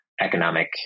economic